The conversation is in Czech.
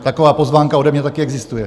Taková pozvánka ode mě taky existuje.